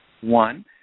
one